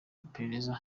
iperereza